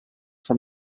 from